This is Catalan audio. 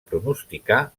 pronosticar